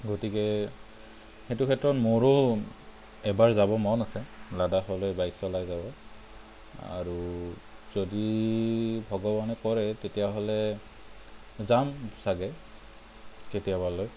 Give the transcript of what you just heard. গতিকে এইটো ক্ষেত্ৰত মোৰো এবাৰ যাব মন আছে লাডাখলৈ বাইক চলাই যাবলৈ আৰু যদি ভগৱানে কৰে তেতিয়া হ'লে যাম চাগে কেতিয়াবালৈ